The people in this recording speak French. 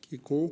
Qui est pour.